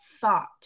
thought